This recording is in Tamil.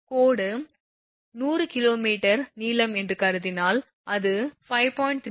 கோடு 100 𝑘𝑚 நீளம் என்று கருதினால் அது 5